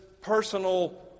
personal